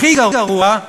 הכי גרוע,